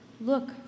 Look